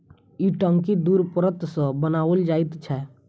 ई टंकी दू परत सॅ बनाओल जाइत छै